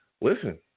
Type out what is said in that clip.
Listen